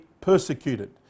persecuted